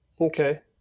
Okay